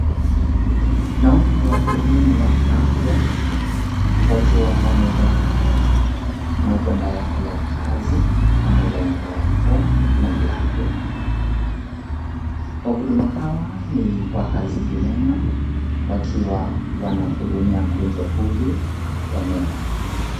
Naona wahudumu wa afya wakiwa wamevaa magwada yao ya kazi , pamoja na barakoa na glovu . Wahuduma hawa ni wazingi neno wakiwa wanamhudumia mgonjwa huyu wa meno.